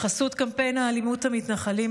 בחסות קמפיין אלימות המתנחלים,